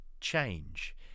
change